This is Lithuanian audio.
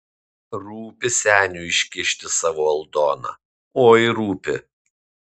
rūpi seniui iškišti savo aldoną oi rūpi